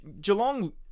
Geelong